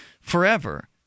forever